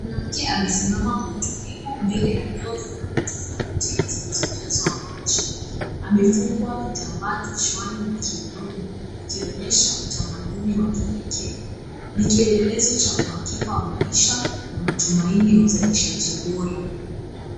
Mwanamke amesimama kwa utulivu mbele ya ndoo za rangi tofauti zilizojazwa maji. Amefungwa vitambaa kichwani na kiunoni akionyesha utamaduni wa kipekee. Ni kielelezo cha uhakika wa maisha na matumaini ya uzalishaji bora.